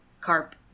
Carp